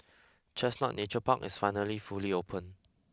Chestnut Nature Park is finally fully open